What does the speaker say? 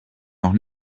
noch